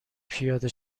پیاده